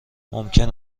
ممکن